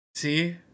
See